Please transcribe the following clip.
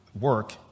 Work